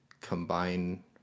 combine